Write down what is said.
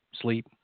sleep